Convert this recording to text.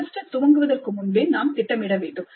semester துவங்குவதற்கு முன்பே நாம் திட்டமிட வேண்டும்